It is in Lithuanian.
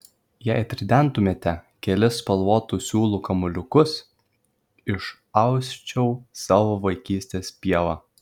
jei atridentumėte kelis spalvotų siūlų kamuoliukus išausčiau savo vaikystės pievą